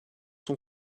son